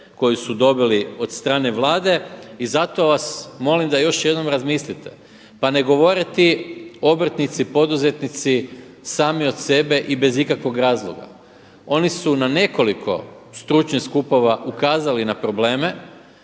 koju su dobili od strane Vlade. I zato vas molim da još jednom razmislite pa ne govore ti obrtnici, poduzetnici sami od sebe i bez ikakvog razloga. Oni su na nekoliko stručnih skupova ukazali na probleme.